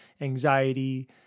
anxiety